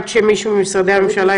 עד שמישהו ממשרדי הממשלה,